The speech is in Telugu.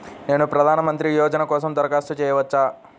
నేను ప్రధాన మంత్రి యోజన కోసం దరఖాస్తు చేయవచ్చా?